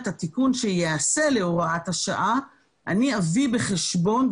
התיקון שייעשה להוראת השעה אני אביא בחשבון,